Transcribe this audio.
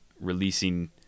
releasing